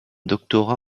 doctorat